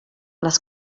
les